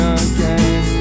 again